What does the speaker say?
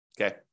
Okay